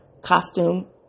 costume